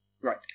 right